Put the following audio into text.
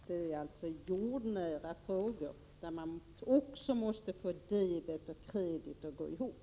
Det är jordnära frågor, och man måste i dessa sammanhang få debet och kredit att gå ihop.